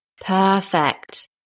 Perfect